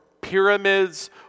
pyramids